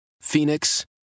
Phoenix